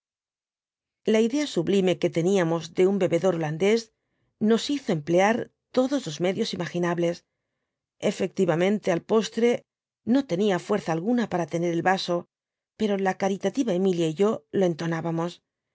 la idea sublime que teníamos de un bebedor holandes nos hizo emplear todos los medios imaginables efectivamente al postre no tenia fuerza alguna para tener el vaso pero la cai itativa emilia y yo lo entonábamos en